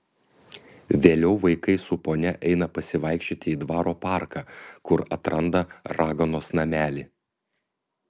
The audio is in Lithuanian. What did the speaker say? vėliau vaikai su ponia eina pasivaikščioti į dvaro parką kur atranda raganos namelį